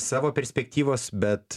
savo perspektyvos bet